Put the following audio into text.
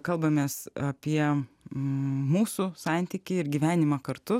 kalbamės apie mūsų santykį ir gyvenimą kartu